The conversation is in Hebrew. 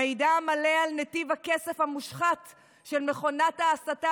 המידע המלא על נתיב הכסף המושחת של מכונת ההסתה